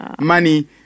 money